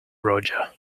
roger